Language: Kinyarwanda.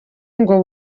ngo